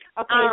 okay